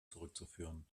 zurückzuführen